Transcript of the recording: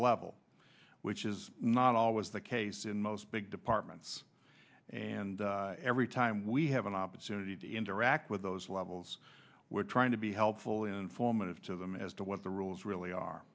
level which is not always the case in most big departments and every time we have an opportunity to interact with those levels we're trying to be helpful informative to them as to what the rules really are